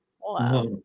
wow